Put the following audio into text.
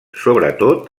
sobretot